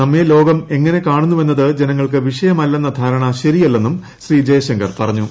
നമ്മെ ലോകം എങ്ങന്റെ ക്ട്ണു്ന്നുവെന്നത് ജനങ്ങൾക്ക് വിഷയമല്ലെന്ന ധാരണ ശരിയുല്ലെന്നും ശ്രീ ജയ്ശങ്കർ പറഞ്ഞു